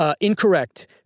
Incorrect